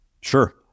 Sure